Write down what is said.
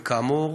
וכאמור